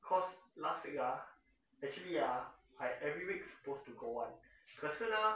cause last week ah actually ah I every week supposed to go [one] 可是呢